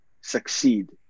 succeed